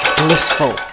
blissful